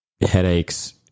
headaches